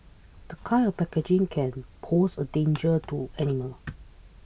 the kind of packaging can pose a danger to animals